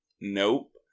Nope